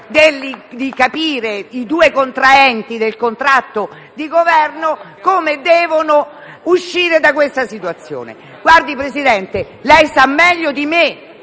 di capire i due contraenti del contratto di Governo come devono uscire da questa situazione. Signor Presidente, lei sa meglio di me